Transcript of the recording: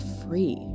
free